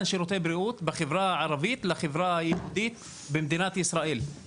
שירותי בריאות בחברה הערבית לבין חברה היהודית במדינת ישראל.